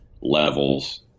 levels